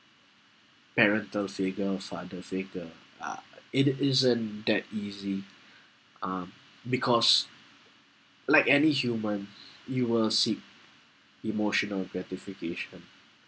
parental figure or father figure ah it isn't that easy um because like any human you will seek emotional gratification